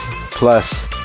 plus